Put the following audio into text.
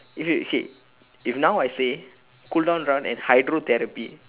okay okay if now I say cool down run and hydrotherapy